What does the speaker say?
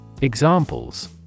Examples